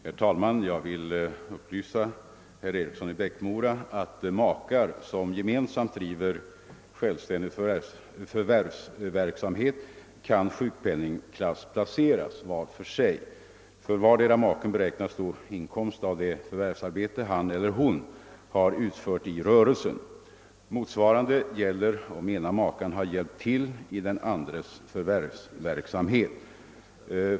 Herr talman! Jag vill upplysa herr Eriksson i Bäckmora om att makar som gemensamt driver självständig förvärvsverksamhet kan sjukpenningklassplaceras var för sig. För vardera maken beräknas då inkomsten av det förvärvsarbete han eller hon har utfört i rörelsen. Motsvarande gäller om den ena maken har hjälpt till i den andras förvärvsverksamhet.